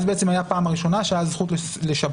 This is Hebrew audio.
אז הייתה בעצם הפעם הראשונה שהייתה זכות לשבתון.